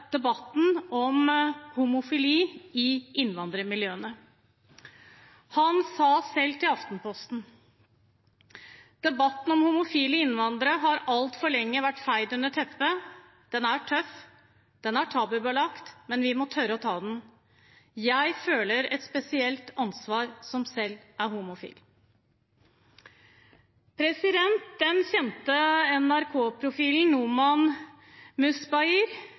debatten om homofili i innvandrermiljøene. Han sa selv til Aftenposten: «Vi har skjøvet debatten om homofile innvandrere altfor lenge under teppet. Den er tøff og tabubelagt, men vi må tørre å ta den. Jeg føler et spesielt ansvar for det.» Det sa Lae, som selv er homofil. Den kjente